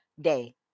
day